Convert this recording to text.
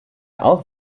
auch